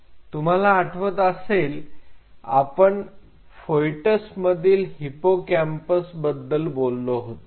तुम्हाला आठवत असेल आपण फिटस मधील हिप्पोकॅम्पस बाबत बोललो होतो